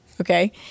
okay